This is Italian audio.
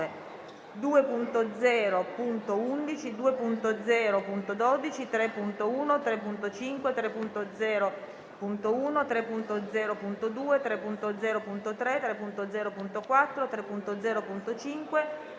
2.0.11, 2.0.12, 3.1, 3.5, 3.0.1, 3.0.2, 3.0.3, 3.0.4, 3.0.5,